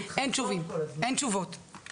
אין תשובות,